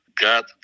God